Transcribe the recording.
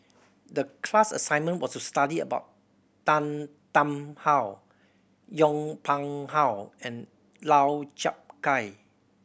the class assignment was to study about Tan Tarn How Yong Pung How and Lau Chiap Khai